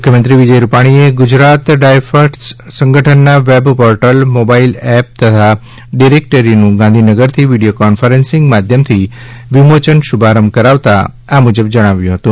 મુખ્યમંત્રી વિજય રૂપાણીએ ગુજરાય ડાયસ્ટફ સંગઠનના વેબપોર્ટેલ મોબાઇલ એપ તથા ડિરેકટરીનું ગાંધીનગરથી વિડીયો કોન્ફરન્સીંગ માધ્યમથી વિમોચન શુભારંભ કરાવતા આ મુજબ જણાવ્યું હતું